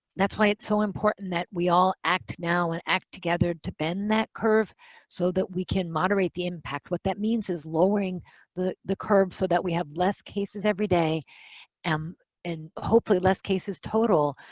that's why it's so important that we all act now and act together to bend that curve so that we can moderate the impact. what that means is lowering the the curve so that we have less cases every day um and hopefully less cases total,